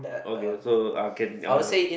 okay so uh can uh